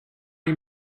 you